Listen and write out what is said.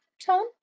tone